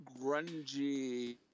grungy